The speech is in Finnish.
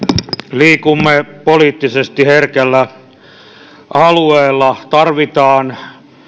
liikumme poliittisesti herkällä alueella tarvitaan